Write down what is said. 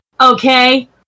okay